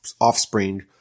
offspring